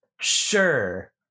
Sure